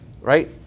right